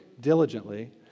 diligently